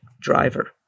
driver